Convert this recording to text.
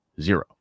zero